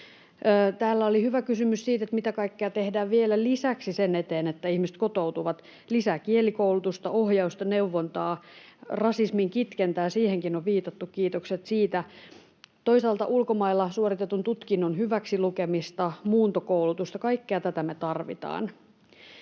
Täällä oli hyvä kysymys siitä, mitä kaikkea tehdään vielä lisäksi sen eteen, että ihmiset kotoutuvat: lisää kielikoulutusta, ohjausta, neuvontaa, rasismin kitkentää — siihenkin on viitattu, kiitokset siitä — toisaalta ulkomailla suoritetun tutkinnon hyväksilukemista, muuntokoulutusta. Kaikkea tätä me tarvitaan.